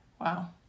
Wow